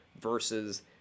versus